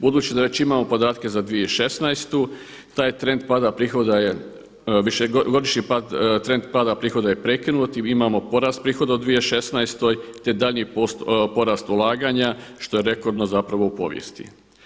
Budući da već imamo podatke za 2016. taj trend pada prihoda je, višegodišnji trend pada prihoda je prekinut i imamo porast prihoda u 2016. te daljnji porast ulaganja što je rekordno zapravo u povijesti.